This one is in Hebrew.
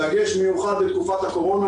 דגש מיוחד בתקופת הקורונה,